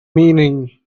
meaning